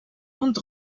und